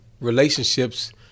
relationships